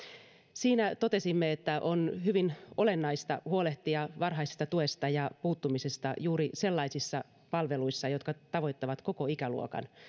siinä totesimme että on hyvin olennaista huolehtia varhaisesta tuesta ja puuttumisesta juuri sellaisissa palveluissa jotka tavoittavat koko ikäluokan